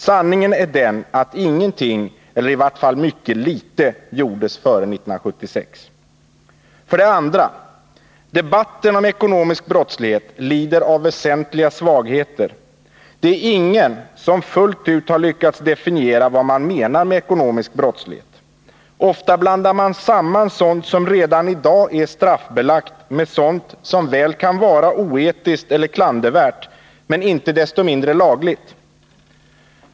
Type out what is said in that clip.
Sanningen är den att ingenting, eller i vart fall mycket litet, gjordes före 1976. För det andra: Debatten om ekonomisk brottslighet lider av väsentliga svagheter. Det är ingen som fullt ut har lyckats definiera vad man menar med ekonomisk brottslighet. Ofta blandar man samman sådant som redan i dag är straffbelagt med sådant som väl kan vara oetiskt eller klandervärt men som inte desto mindre är lagligt.